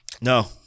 No